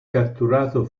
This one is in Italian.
catturato